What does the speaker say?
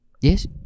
Yes